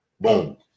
boom